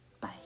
bye